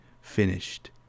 finished